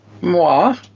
Moi